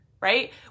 right